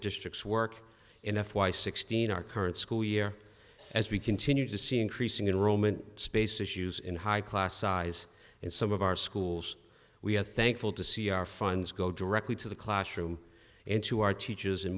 district's work in f y sixteen our current school year as we continue to see increasing in roman space issues in high class size in some of our schools we have thankful to see our funds go directly to the classroom and to our teachers and